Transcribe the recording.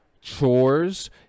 chores